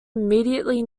immediately